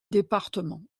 département